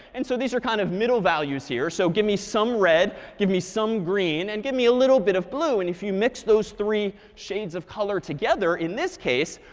and so these are kind of middle values here. so give me some red, give me some green, and give me a little bit of blue. and if you mix those three shades of color together, in this case,